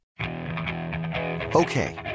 Okay